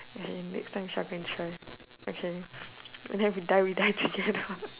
in next time shall go and try okay then we die we die together